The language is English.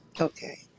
Okay